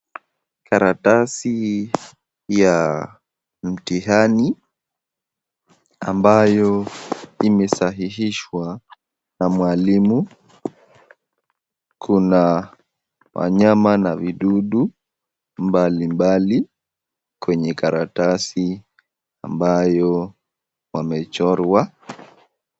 Karatasi ya mtihani ambayo imesahihishwa na mwalimu. Kuna wanyama na vidudu mbalimbali kwenye karatasi ambayo wameichorwa.